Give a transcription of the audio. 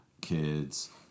Kids